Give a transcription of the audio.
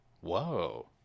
Whoa